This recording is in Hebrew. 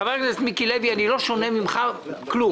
חבר הכנסת מיקי לוי, אני לא שונה ממך בכלום.